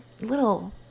little